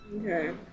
Okay